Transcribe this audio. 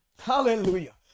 Hallelujah